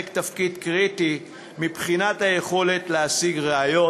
תפקיד קריטי מבחינת היכולת להשיג ראיות.